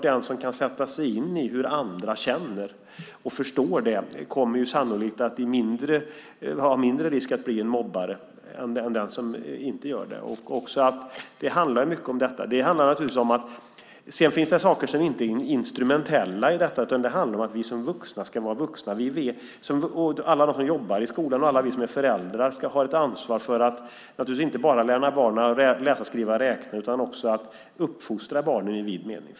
Den som kan sätta sig in i hur andra känner och förstår det kommer sannolikt att ha mindre risk att bli en mobbare än den som inte gör det. Det handlar mycket om detta. Sedan finns det saker i detta som inte är instrumentella, utan det handlar om att vi vuxna ska vara vuxna. Alla de som jobbar i skolan och alla vi som är föräldrar ska ha ett ansvar för att inte bara lära barnen läsa, skriva och räkna utan också uppfostra barnen i vid mening.